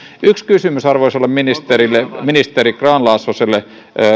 yksi kysymys arvoisalle ministeri grahn laasoselle